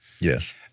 Yes